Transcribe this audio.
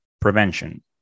prevention